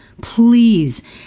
please